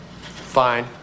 Fine